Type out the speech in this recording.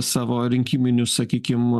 savo rinkiminių sakykim